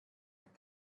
but